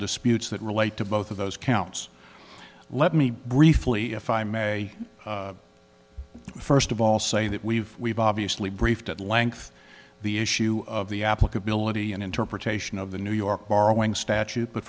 disputes that relate to both of those counts let me briefly if i may first of all say that we've we've obviously briefed at length the issue of the applicability and interpretation of the new york borrowing statute but